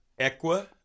Equa